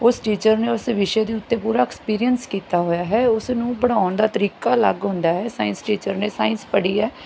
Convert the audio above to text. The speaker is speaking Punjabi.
ਉਸ ਟੀਚਰ ਨੇ ਉਸ ਵਿਸ਼ੇ ਦੇ ਉੱਤੇ ਪੂਰਾ ਐਕਸਪੀਰੀਐਂਸ ਕੀਤਾ ਹੋਇਆ ਹੈ ਉਸ ਨੂੰ ਪੜ੍ਹਾਉਣ ਦਾ ਤਰੀਕਾ ਅਲੱਗ ਹੁੰਦਾ ਹੈ ਸਾਇੰਸ ਟੀਚਰ ਨੇ ਸਾਇੰਸ ਪੜ੍ਹੀ ਹੈ